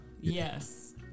Yes